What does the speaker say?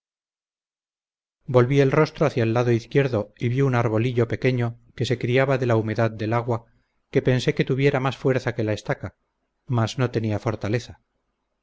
volví el rostro hacia el lado izquierdo y vi un arbolillo pequeño que se criaba de la humedad del agua que pensé que tuviera más fuerza que la estaca mas no tenía fortaleza